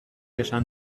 esan